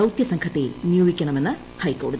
ദൌത്യസംഘത്തെ നിയോഗിക്കണ്ണ്മെന്ന് ഹൈക്കോടതി